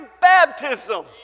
baptism